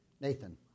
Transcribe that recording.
Nathan